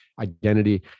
identity